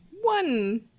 One